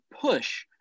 push